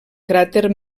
cràter